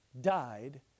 died